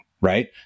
Right